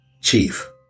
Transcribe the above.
Chief